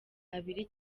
abiri